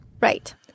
Right